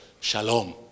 Shalom